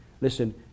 Listen